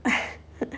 !aiya!